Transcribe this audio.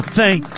thank